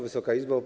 Wysoka Izbo!